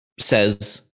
says